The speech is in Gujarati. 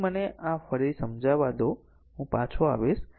તેથી મને આ ફરી સમજાવા દો હું પાછો આવીશ